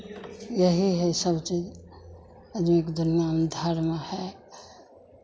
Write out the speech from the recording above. यही है सब चीज यही के तो नाम धर्म है